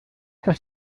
das